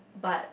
but